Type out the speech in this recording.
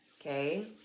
Okay